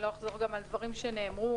גם לא אחזור על דברים שנאמרו.